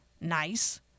Nice